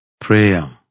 Prayer